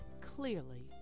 clearly